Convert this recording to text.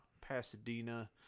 Pasadena